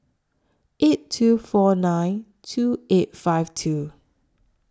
eight two four nine two eight five two